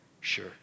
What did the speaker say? sure